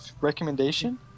recommendation